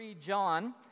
john